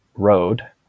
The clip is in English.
road